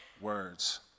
words